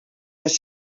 les